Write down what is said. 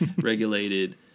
regulated